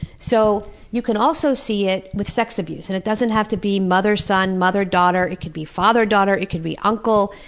so you can also see it with sex abuse, and it doesn't have to be mother-son, mother-daughter it can be father-daughter, it can be uncle,